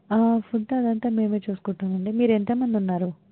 food అదంతా మేము చూసుకుంటామండి మీరు ఎంతమంది ఉన్నారు